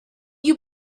you